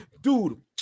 Dude